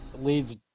leads